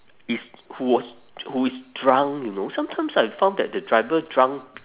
is who was who is drunk you know sometimes I found that the driver drunk